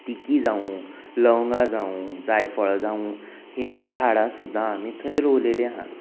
तिकी जावूं लवंगां जावूं जायफळां जावूं हेंची झाडां सुद्दा आमी थंय रोवलेली आहात